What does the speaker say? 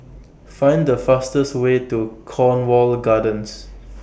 Find The fastest Way to Cornwall Gardens